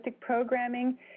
programming